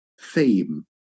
theme